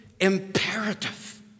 imperative